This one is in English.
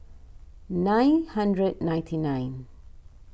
nine hundred ninety nine